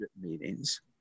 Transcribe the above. meetings